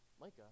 Micah